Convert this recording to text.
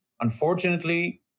unfortunately